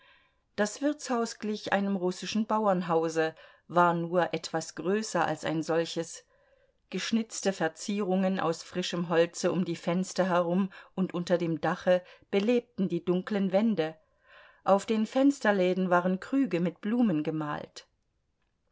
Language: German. das wirtshaus glich einem russischen bauernhause war nur etwas größer als ein solches geschnitzte verzierungen aus frischem holze um die fenster herum und unter dem dache belebten die dunklen wände auf den fensterläden waren krüge mit blumen gemalt